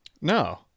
No